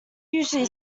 usually